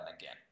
again